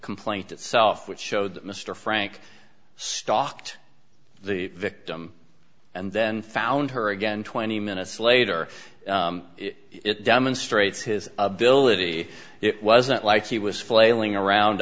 complaint itself which showed that mr frank stalked the victim and then found her again twenty minutes later it demonstrates his ability it wasn't like he was flailing around